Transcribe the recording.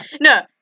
No